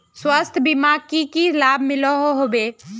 स्वास्थ्य बीमार की की लाभ मिलोहो होबे?